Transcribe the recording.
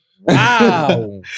wow